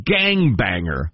gangbanger